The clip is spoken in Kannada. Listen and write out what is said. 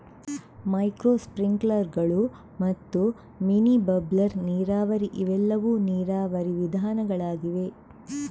ಮೈಕ್ರೋ ಸ್ಪ್ರಿಂಕ್ಲರುಗಳು ಮತ್ತು ಮಿನಿ ಬಬ್ಲರ್ ನೀರಾವರಿ ಇವೆಲ್ಲವೂ ನೀರಾವರಿ ವಿಧಾನಗಳಾಗಿವೆ